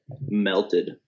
melted